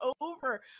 over